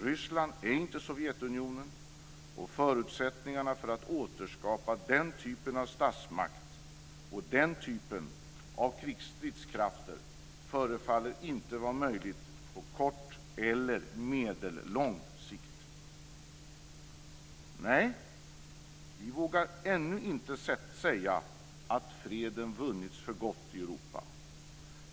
Ryssland är inte Sovjetunionen, och förutsättningarna för att återskapa den typen av statsmakt och den typen av stridskrafter förefaller inte vara möjliga på kort eller medellång sikt. Nej, vi vågar ännu inte säga att freden vunnits för gott i Europa.